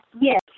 Yes